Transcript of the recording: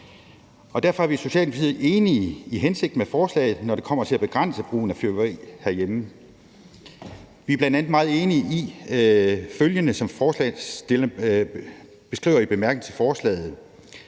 Derfor er vi i Socialdemokratiet enige i hensigten med forslaget, når det kommer til at begrænse brugen af fyrværkeri herhjemme. Vi er bl.a. meget enige i følgende, som man skriver i bemærkningerne til forslaget.